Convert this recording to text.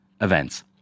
events